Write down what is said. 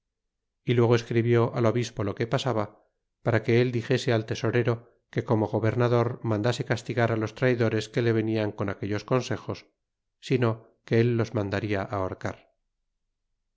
y luego escribió al obispo lo que pasaba para que él dijese al tesorefo que como gobernador mandase castigar los traidores que le venian con aquellos consejos sino que el los mandarla ahorcar